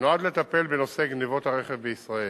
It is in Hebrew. נועד לטפל בנושאי גנבות הרכב בישראל.